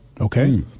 Okay